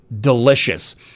delicious